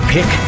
Pick